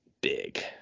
big